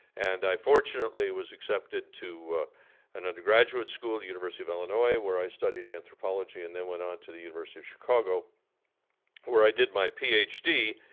and i fortunately was accepted to an undergraduate school, university of illinois, where i studied anthropology and then went on to the university of chicago where i did my ph d.